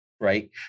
Right